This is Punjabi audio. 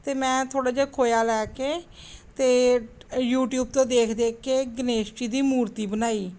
ਅਤੇ ਮੈਂ ਥੋੜ੍ਹਾ ਜਿਹਾ ਖੋਇਆ ਲੈ ਕੇ ਅਤੇ ਅ ਯੂਟੀਊਬ ਤੋਂ ਦੇਖ ਦੇਖ ਕੇ ਗਣੇਸ਼ ਜੀ ਦੀ ਮੂਰਤੀ ਬਣਾਈ